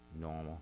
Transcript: normal